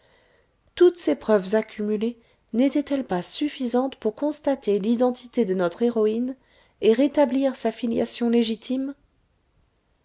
toutes ces preuves accumulées nétaient elles pas suffisantes pour constater l'identité de notre héroïne et rétablir sa filiation légitime